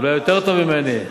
ואולי יותר טוב ממני,